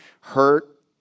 hurt